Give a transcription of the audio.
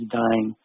dying